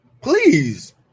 Please